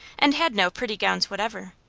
and had no pretty gowns whatever.